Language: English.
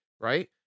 right